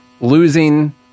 losing